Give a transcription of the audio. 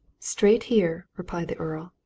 straight here, replied the earl.